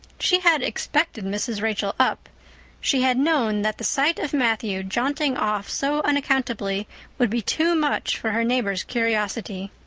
she had expected mrs. rachel up she had known that the sight of matthew jaunting off so unaccountably would be too much for her neighbor's curiosity.